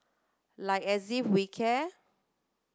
like as if we care